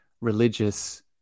religious